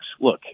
Look